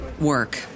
work